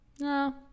No